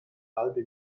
halbe